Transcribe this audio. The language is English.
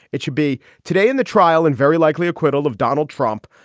it should be today in the trial and very likely acquittal of donald trump,